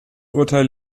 urteil